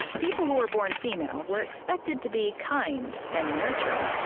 people who were born female were expected to be kind and nurturing,